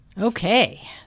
Okay